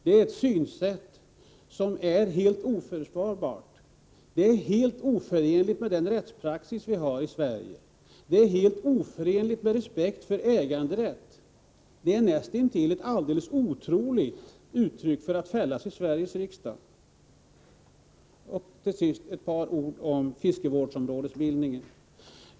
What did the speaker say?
Det är ett synsätt som är helt oförsvarbart. Det är oförenligt med den rättspraxis vi har i Sverige. Det är helt oförenligt med respekt för äganderätt. Det är ett näst intill otroligt yttrande, för att fällas i Sveriges riksdag. Till sist ett par ord om fiskevårdsområdesbildningen.